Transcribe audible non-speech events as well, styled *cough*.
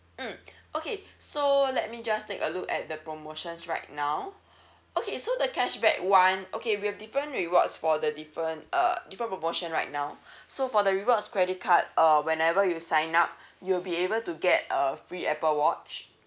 mm okay so let me just take a look at the promotions right now okay so the cashback [one] okay we have different rewards for the different uh different promotion right now *breath* so for the rewards credit card uh whenever you sign up you will be able to get a free apple watch